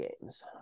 games